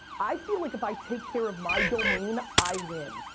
i feel like if i take care of my domain, i win.